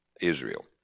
Israel